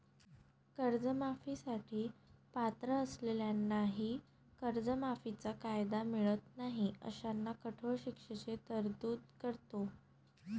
कर्जमाफी साठी पात्र असलेल्यांनाही कर्जमाफीचा कायदा मिळत नाही अशांना कठोर शिक्षेची तरतूद करतो